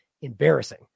embarrassing